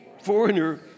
foreigner